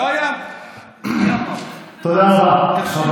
תודה רבה.